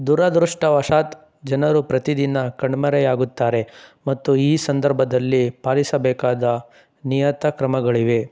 ದುರದೃಷ್ಟವಶಾತ್ ಜನರು ಪ್ರತಿದಿನ ಕಣ್ಮರೆಯಾಗುತ್ತಾರೆ ಮತ್ತು ಈ ಸಂದರ್ಭದಲ್ಲಿ ಪಾಲಿಸಬೇಕಾದ ನಿಯತ ಕ್ರಮಗಳಿವೆ